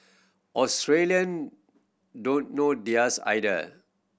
Australian don't know theirs either